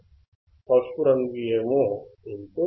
పసుపు రంగు ఏమో ఇన్ పుట్ నీలం రంగు ఏమో అవుట్ పుట్